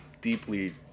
deeply